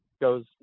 goes